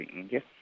India